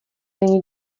není